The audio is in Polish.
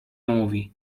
mówi